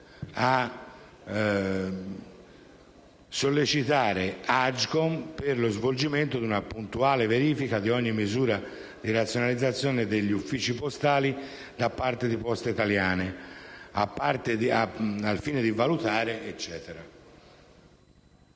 a sollecitare l'Agcom per lo svolgimento di una puntuale verifica di ogni misura di razionalizzazione degli uffici postali da parte di Poste italiane SpA, al fine di valutare di volta